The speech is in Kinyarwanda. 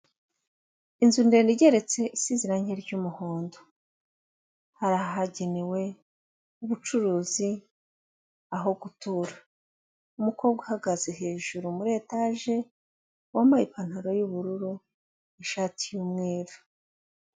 Inzu ndende igeretse isize irange ry'umuhondo, hari ahagenewe ubucuruzi, aho gutura, umukobwa uhagaze hejuru muri etaje wambaye ipantaro y'ubururu n'ishati y'umweru.